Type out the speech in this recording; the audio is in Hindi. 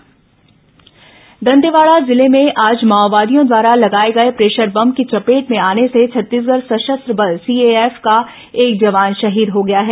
जवान शहीद दंतेवाड़ा जिले में आज माओवादियों द्वारा लगाए गए प्रेशर बम की चपेट में आने से छत्तीसगढ़ सशस्त्र बल सीएएफ का एक जवान शहीद हो गया है